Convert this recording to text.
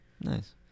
nice